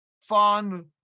fun